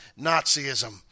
Nazism